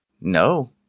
No